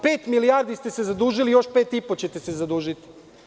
Pet milijardi ste se zadužili, još 5,5 ćete se zadužiti.